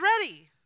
ready